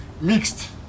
mixed